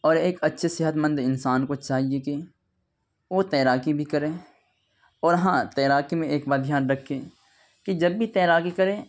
اور ایک اچّھے صحت مند انسان كو چاہیے کہ وہ تیراکی بھی کرے اور ہاں تیراکی میں ایک بات دھیان رکھے کہ جب بھی تیراکی کرے